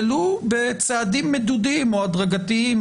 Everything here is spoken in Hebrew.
ולו בצעדים מדודים או הדרגתיים